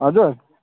हजुर